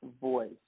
voice